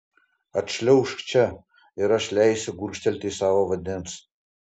atšliaužk čia ir aš leisiu gurkštelėti savo vandens